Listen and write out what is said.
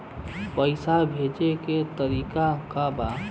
पैसा भेजे के तरीका का बा?